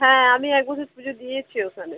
হ্যাঁ আমি এক বছর পুজো দিয়েছি ওখানে